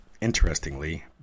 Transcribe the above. Interestingly